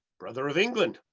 brother of england,